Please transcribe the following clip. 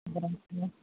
ᱜᱟᱱᱚᱜ ᱜᱮᱭᱟ